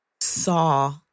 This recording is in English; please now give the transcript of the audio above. saw